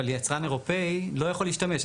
אבל יצרן אירופי לא יכול להשתמש.